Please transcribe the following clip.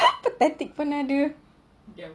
pathetic pun ada